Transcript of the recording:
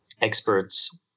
experts